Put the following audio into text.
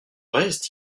reste